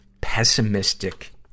pessimistic